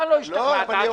לא השתכנעת,